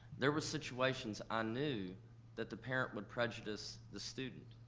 there were situations, i knew that the parent would prejudice the student.